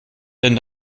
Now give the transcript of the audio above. denn